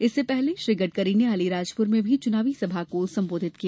इससे पहले श्री गडकरी ने अलीराजपुर में भी चुनावी सभा को संबोधित किया